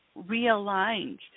realigned